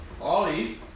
Ollie